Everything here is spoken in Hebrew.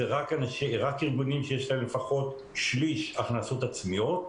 אלה רק ארגונים שיש להם לפחות שליש הכנסות עצמיות,